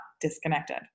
disconnected